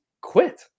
quit